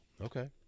Okay